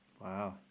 Wow